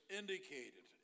indicated